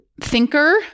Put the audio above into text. thinker